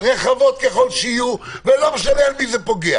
רחבות ככל שיהיו, ולא משנה במי זה פוגע